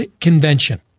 convention